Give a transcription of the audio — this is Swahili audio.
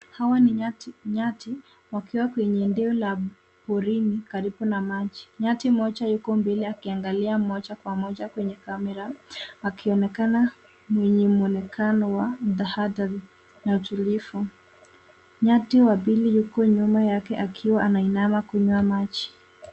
Hawa ni nyati wakiwa kwenye eneo la porini karibu na maji. Nyati moja yuko mbele akiangalia moja kwa moja kwenye kamera akionekana mwenye mwonekano wa tahadhari na utulivu. Nyati wa pili yuko nyuma yake akiwa anainama kunywa maji.